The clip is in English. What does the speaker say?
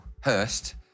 Hurst